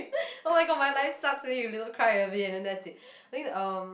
oh-my-god my life sucks then you little cry a bit then that's it I think um